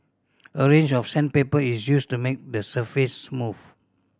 a range of sandpaper is used to make the surface smooth